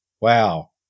Wow